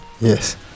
yes